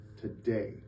today